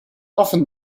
often